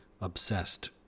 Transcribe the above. obsessed